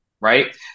right